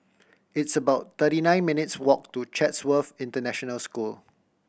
it's about thirty nine minutes' walk to Chatsworth International School